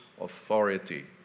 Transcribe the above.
authority